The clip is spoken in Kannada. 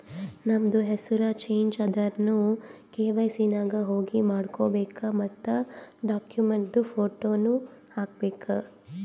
ನಮ್ದು ಹೆಸುರ್ ಚೇಂಜ್ ಆದುರ್ನು ಕೆ.ವೈ.ಸಿ ನಾಗ್ ಹೋಗಿ ಮಾಡ್ಕೋಬೇಕ್ ಮತ್ ಡಾಕ್ಯುಮೆಂಟ್ದು ಫೋಟೋನು ಹಾಕಬೇಕ್